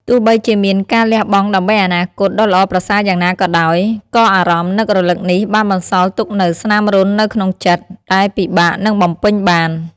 ទោះបីជាមានការលះបង់ដើម្បីអនាគតដ៏ល្អប្រសើរយ៉ាងណាក៏ដោយ ក៏អារម្មណ៍នឹករលឹកនេះបានបន្សល់ទុកនូវស្នាមរន្ធនៅក្នុងចិត្ត ដែលពិបាកនឹងបំពេញបាន។